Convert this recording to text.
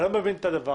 אני לא מבין את זה.